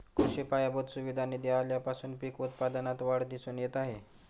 कृषी पायाभूत सुविधा निधी आल्यापासून पीक उत्पादनात वाढ दिसून येत आहे